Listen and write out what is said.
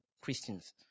Christians